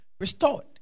restored